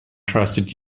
trusted